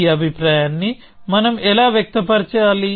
ఈ అభిప్రాయాన్ని మనం ఎలా వ్యక్తం చేయాలి